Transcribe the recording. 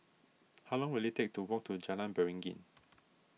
how long will it take to walk to Jalan Beringin